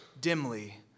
dimly